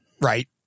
right